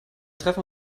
treffen